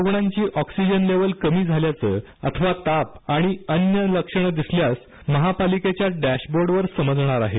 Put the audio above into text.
रुग्णांची oxygen level कमी झाल्याचं अथवा ताप आणि अन्य लक्षणे दिसल्यास महापालिकेच्या डॅशबोर्डवर समजणार आहे